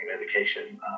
medication